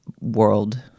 world